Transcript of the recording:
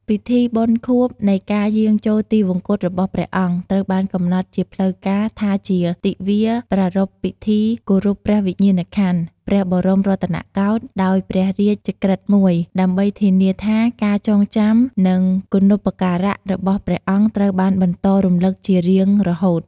ពិធីបុណ្យខួបនៃការយាងចូលទិវង្គតរបស់ព្រះអង្គត្រូវបានកំណត់ជាផ្លូវការថាជា ទិវាប្រារព្ធពិធីគោរពព្រះវិញ្ញាណក្ខន្ធ ព្រះបរមរតនកោដ្ឋ ដោយព្រះរាជក្រឹត្យមួយ ដើម្បីធានាថាការចងចាំ និងគុណូបការៈរបស់ព្រះអង្គត្រូវបានបន្តរំលឹកជារៀងរហូត។